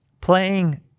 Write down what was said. Playing